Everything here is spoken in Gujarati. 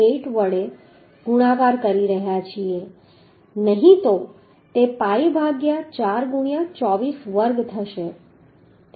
78 વડે ગુણાકાર કરી રહ્યા છીએ કે નહીં તો તે pi ભાગ્યા 4 ગુણ્યાં 24 વર્ગ થશે